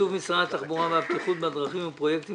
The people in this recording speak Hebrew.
תקצוב משרד התחבורה והבטיחות בדרכים ופרויקטים